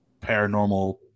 paranormal